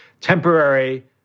temporary